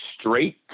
Straight